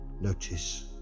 Notice